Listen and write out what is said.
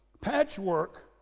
Patchwork